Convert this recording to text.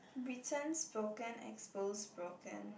Britain spoken exposed broken